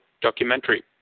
Documentary